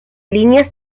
líneas